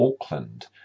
Auckland